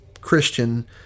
Christian